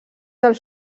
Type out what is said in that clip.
del